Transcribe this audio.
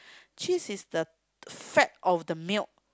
cheese is the fat of the milk